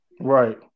Right